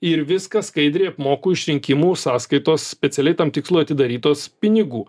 ir viską skaidriai apmoku iš rinkimų sąskaitos specialiai tam tikslui atidarytos pinigų